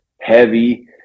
heavy